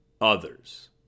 others